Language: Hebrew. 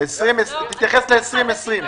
תתייחס ל-2020.